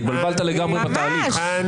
הרי